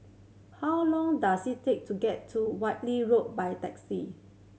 how long does it take to get to Whitley Road by taxi